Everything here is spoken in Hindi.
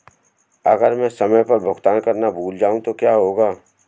अगर मैं समय पर भुगतान करना भूल जाऊं तो क्या होगा?